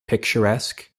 picturesque